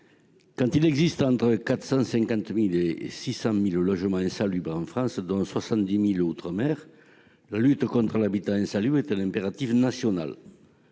quand il existe entre 450 000 et 600 000 logements insalubres en France, dont 70 000 dans les outre-mer, la lutte contre l'habitat insalubre est un impératif national.